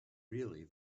really